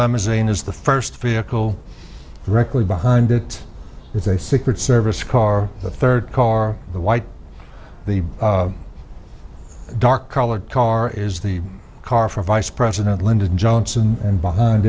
limousine is the first vehicle directly behind it is a secret service car the third car the white the a dark colored car is the car for vice president lyndon johnson and behind